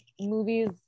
movies